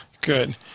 Good